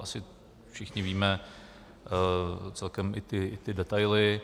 Asi všichni víme celkem i detaily.